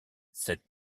cette